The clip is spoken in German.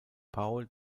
paul